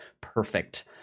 perfect